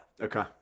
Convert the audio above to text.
Okay